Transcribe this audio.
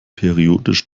periodisch